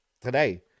today